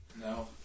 No